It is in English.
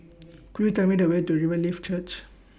Could YOU Tell Me The Way to Riverlife Church